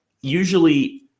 Usually